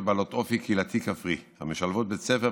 בעלות אופי קהילתי-כפרי המשלבות בית ספר,